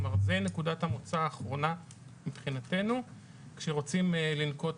זו נקודת המוצא האחרונה מבחינתנו כשרוצים לנקוט